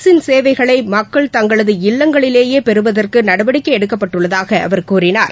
அரசின் சேவைகளைமக்கள் தங்களது இல்லங்களிலேயே பெறுவதற்குநடவடிக்கைஎடுக்கப்பட்டுள்ளதாக அவர் கூறினார்